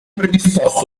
predisposto